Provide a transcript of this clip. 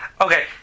Okay